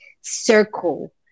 circle